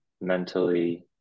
mentally